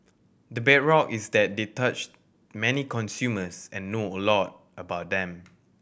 the bedrock is that they touch many consumers and know a lot about them